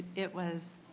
it was